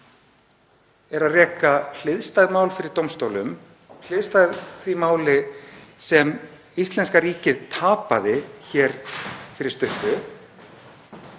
að reka mál fyrir dómstólum hliðstæð því máli sem íslenska ríkið tapaði hér fyrir stuttu.